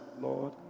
Lord